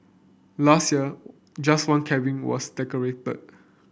last year just one cabin was decorated